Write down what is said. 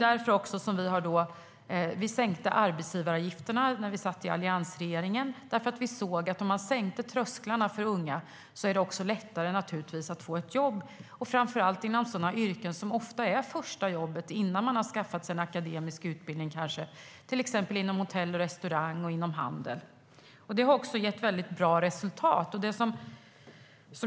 Alliansregeringen sänkte arbetsgivaravgifterna därför att vi såg att om trösklarna för unga sänktes skulle det bli lättare för dem att få jobb, framför allt inom sådana yrken som ofta är första jobbet innan de har skaffat sig en akademisk utbildning, till exempel inom hotell och restaurang eller handel. Det gav bra resultat.